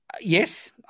Yes